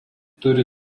turi